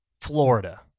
Florida